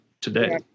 today